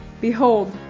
behold